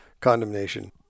condemnation